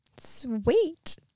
sweet